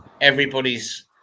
everybody's